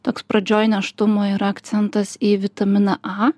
toks pradžioj nėštumo yra akcentas į vitaminą a